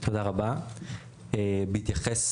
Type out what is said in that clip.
תודה רבה, בהתייחס